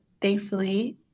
thankfully